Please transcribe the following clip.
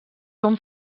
són